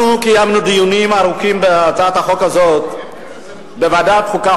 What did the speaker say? אנחנו קיימנו דיונים ארוכים בהצעת החוק הזאת בוועדת חוקה,